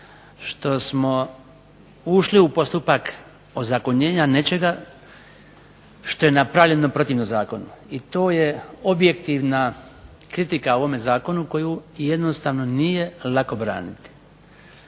što smo ušli u postupak ozakonjenja nečega što je napravljeno protivno zakonu. I to je objektivna kritika ovome zakonu koju jednostavno nije lako braniti.